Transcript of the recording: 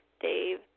Dave